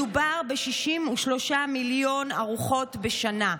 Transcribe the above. מדובר ב-63 מיליון ארוחות בשנה.